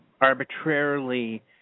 arbitrarily